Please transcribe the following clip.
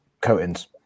coatings